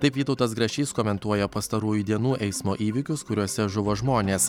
taip vytautas grašys komentuoja pastarųjų dienų eismo įvykius kuriuose žuvo žmonės